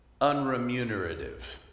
Unremunerative